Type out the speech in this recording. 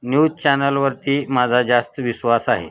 news चॅनलवरती माझा जास्त विश्वास आहे